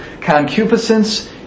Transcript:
Concupiscence